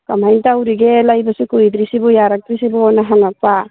ꯀꯃꯥꯏꯅ ꯇꯧꯔꯤꯒꯦ ꯂꯩꯕꯁꯨ ꯀꯨꯏꯗ꯭ꯔꯤꯁꯤꯕꯨ ꯌꯥꯔꯛꯇ꯭ꯔꯤꯁꯤꯕꯨ ꯍꯥꯏꯅ ꯍꯪꯉꯛꯄ